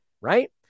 right